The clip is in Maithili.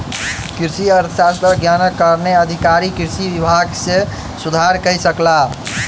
कृषि अर्थशास्त्रक ज्ञानक कारणेँ अधिकारी कृषि विभाग मे सुधार कय सकला